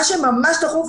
מה שממש דחוף,